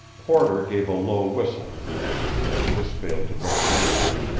porter gave a low whistle, and, as this failed to bring an answer,